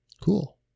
Cool